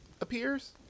appears